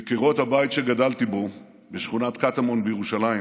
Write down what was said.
בקירות הבית שגדלתי בו בשכונת קטמון בירושלים